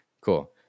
Cool